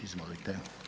Izvolite.